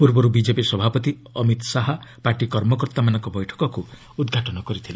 ପୂର୍ବରୁ ବିଜେପି ସଭାପତି ଅମୀତ୍ ଶାହା ପାର୍ଟି କର୍ମକର୍ତ୍ତାମାନଙ୍କ ବୈଠକକୁ ଉଦ୍ଘାଟନ କରିଥିଲେ